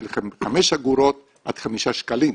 של חמש אגורות עד חמישה שקלים,